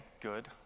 good